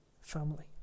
family